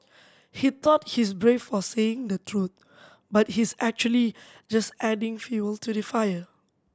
he thought he's brave for saying the truth but he's actually just adding fuel to the fire